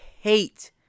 hate